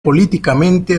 políticamente